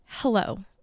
Hello